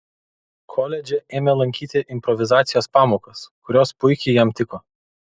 koledže ėmė lankyti improvizacijos pamokas kurios puikiai jam tiko